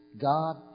God